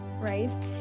right